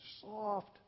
soft